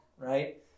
right